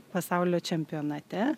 pasaulio čempionate